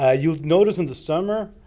ah you'll notice, in the summer,